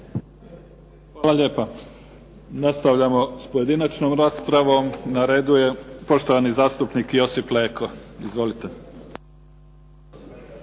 Hvala lijepa. Nastavljamo s pojedinačnom raspravom. Na redu je poštovani zastupnik Josip Leko. Izvolite.